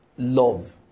love